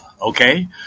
Okay